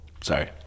Sorry